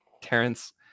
Terrence